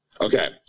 Okay